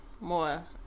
more